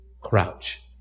Crouch